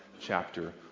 chapter